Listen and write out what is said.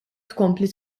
tkompli